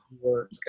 work